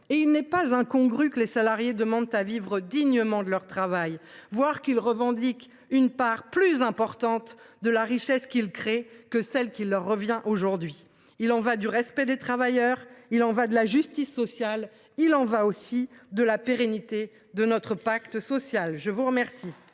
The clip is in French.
Il n’est pas incongru que les salariés demandent à vivre dignement de leur travail, voire qu’ils revendiquent une part plus importante de la richesse qu’ils créent que celle qui leur revient aujourd’hui. Il y va du respect des travailleurs, de la justice sociale et aussi de la pérennité de notre pacte social. La parole